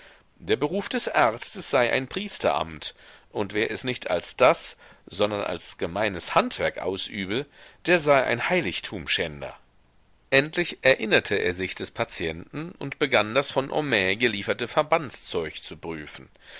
der beruf des arztes sei ein priesteramt und wer es nicht als das sondern als gemeines handwerk ausübe der sei ein heiligtumschänder endlich erinnerte er sich des patienten und begann das von homais gelieferte verbandszeug zu prüfen